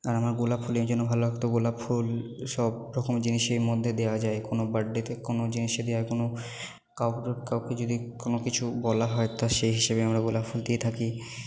আমার গোলাপ ফুল এই জন্য ভালো লাগতো গোলাপ ফুল সবরকম জিনিসের মধ্যে দেওয়া যায় কোন বার্থ ডেতে কোন জিনিসে দেওয়ার কোনো কাউকে যদি কোন কিছু বলা হয় তা সেই হিসাবে আমরা গোলাপ ফুল দিয়ে থাকি